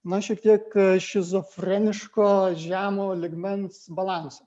na šiek tiek šizofreniško žemo lygmens balanso